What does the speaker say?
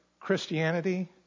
Christianity